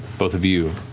both of you,